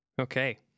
okay